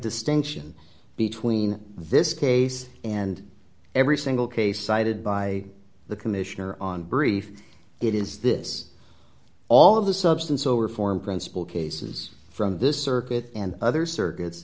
distinction between this case and every single case cited by the commissioner on brief it is this all of the substance over form principle cases from this circuit and other circuits